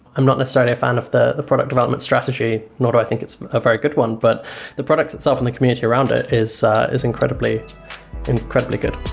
i'm not necessarily a fan of the the product development strategy, nor do i think it's a very good one, but the product itself in the community around it is is incredibly incredibly good